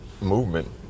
movement